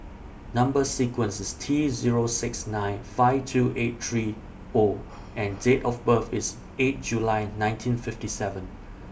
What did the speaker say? Number sequence IS T Zero six nine five two eight three O and Date of birth IS eight July nineteen fifty seven